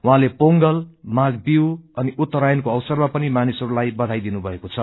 उहाँले पोंगल माघ बिहू अनि उत्तरायणको अवसरमा पनि मानिसहरूलाई बधाई दिनुभएको छ